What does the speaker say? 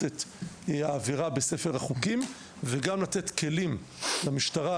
את העבירה בספר החוקים וגם לתת כלים למשטרה,